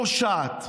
פושעת,